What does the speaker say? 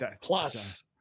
plus